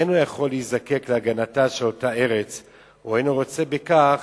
אין הוא יכול להיזקק להגנתה של אותה ארץ או אינו רוצה בכך,